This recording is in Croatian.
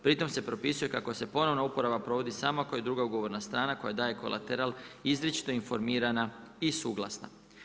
Pri tom se propisuje kako se ponovna uporaba provodi samo ako je druga ugovorna strana koja daje kolateral izričito informirana i suglasna.